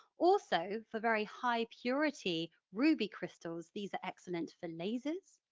also for very high purity, ruby crystals, these are excellent for lasers.